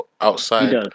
outside